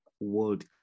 world